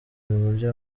uburyo